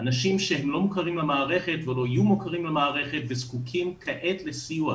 אנשים שהם לא מוכרים למערכת ולא יהיו מוכרים למערכת וזקוקים כעת לסיוע,